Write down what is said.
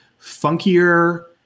funkier